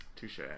touche